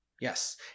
Yes